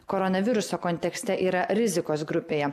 koronaviruso kontekste yra rizikos grupėje